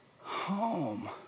home